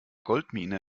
goldmine